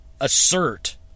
assert